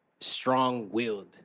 strong-willed